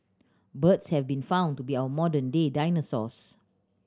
birds have been found to be our modern day dinosaurs